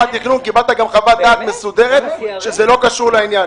קיבלת גם חוות דעת מסודרת שזה לא קשור לעניין.